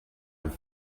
have